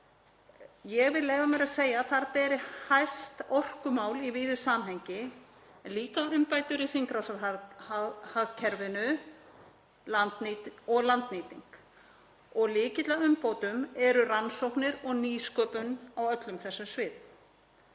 Ég vil leyfa mér að segja að þar beri hæst orkumál í víðu samhengi en líka umbætur í hringrásarhagkerfinu og landnýting, og lykillinn að umbótum er rannsóknir og nýsköpun á öllum þessum sviðum.